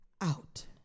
out